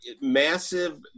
massive